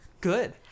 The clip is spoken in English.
good